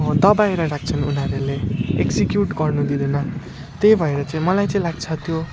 दबाएर राख्छन् उनीहरूले एक्जिक्युट गर्नु दिँदैन त्यही भएर चाहिँ मलाई चाहिँ लाग्छ त्यो